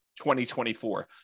2024